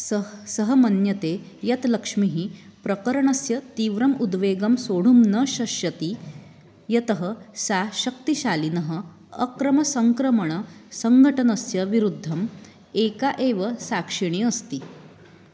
सः सः मन्यते यत् लक्ष्मीः प्रकरणस्य तीव्रम् उद्वेगं सोढुं न शक्ष्यति यतः सा शक्तिशालिनः अक्रमसङ्क्रमणसङ्घटनस्य विरुद्धम् एका एव साक्षिणी अस्ति